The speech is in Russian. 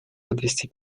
подвести